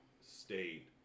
state